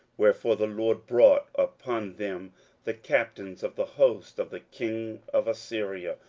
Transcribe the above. wherefore the lord brought upon them the captains of the host of the king of assyria,